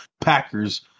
Packers